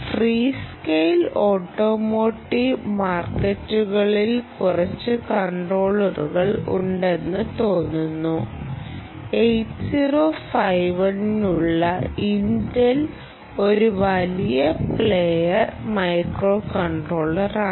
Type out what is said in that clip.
free scale automotive മാർക്കറ്റുകളിൽ കുറച്ച് കൺട്രോളറുകളുണ്ടെന്ന് തോന്നുന്നു 8051 നുള്ള ഇന്റൽ ഒരു വലിയ പ്ലെയർ മൈക്രോകൺട്രോളറാണ്